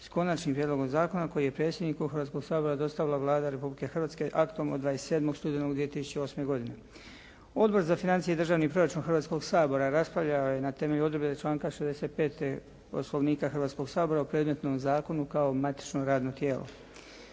s konačnim prijedlogom zakona koji je predsjedniku Hrvatskoga sabora dostavila Vlada Republike Hrvatske aktom od 27. studenog 2008. godine. Odbor za financije i državni proračun Hrvatskoga sabora raspravljao je na temelju odredbe članka 65. Poslovnika Hrvatskoga sabora o predmetnom zakonu kao matično radno tijelo.